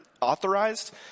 authorized